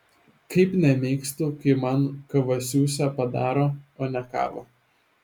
kaip nemėgstu kai man kavasiusę padaro o ne kavą